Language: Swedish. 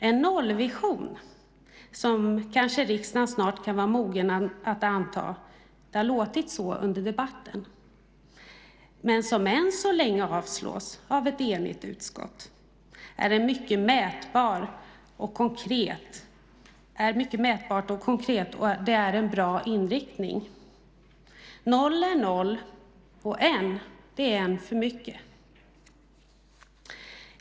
En nollvision som riksdagen snart kanske kan vara mogen att anta - det har låtit så under debatten - men som än så länge avstyrks av ett enigt utskott, är mycket mätbar och konkret och det är en bra inriktning. Noll är noll, och en är en för mycket.